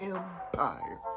Empire